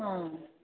ꯑꯥ